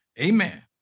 Amen